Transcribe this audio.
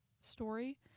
story